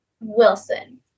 Wilson